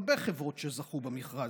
יש הרבה חברות שזכו במכרז.